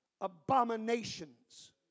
abominations